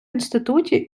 інституті